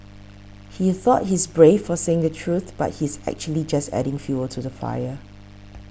he thought he's brave for saying the truth but he's actually just adding fuel to the fire